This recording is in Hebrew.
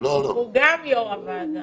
הוא גם יו"ר הוועדה.